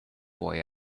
boy